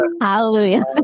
Hallelujah